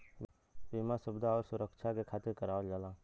बीमा सुविधा आउर सुरक्छा के खातिर करावल जाला